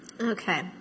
Okay